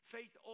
Faith